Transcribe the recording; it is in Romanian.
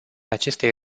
acestei